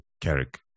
Carrick